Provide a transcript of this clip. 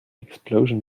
explosion